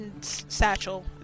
satchel